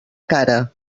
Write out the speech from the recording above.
cara